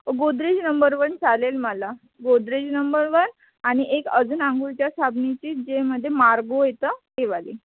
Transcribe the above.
Godrej number one चालेल मला Godrej number one आणि एक अजून आंघोळीच्या साबणाची जे मध्ये मार्गो येतं तेवाली